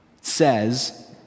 says